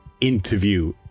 interview